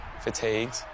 fatigued